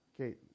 Okay